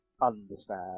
understand